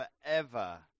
forever